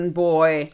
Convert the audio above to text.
boy